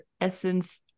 essence